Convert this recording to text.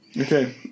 Okay